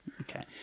Okay